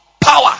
power